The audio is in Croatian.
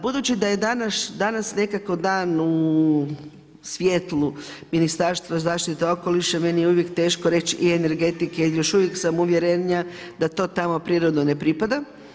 Budući da je danas nekako dan u svjetlu Ministarstva zaštite okoliša, meni je uvijek teško reći i energetike jer još uvijek sam uvjerenja da to tamo prirodno ne pripada.